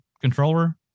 controller